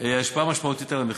השפעה משמעותית על המחיר.